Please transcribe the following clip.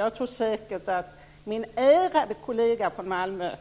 Jag tror säkert att min ärade kollega från Malmö